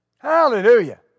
Hallelujah